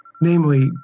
namely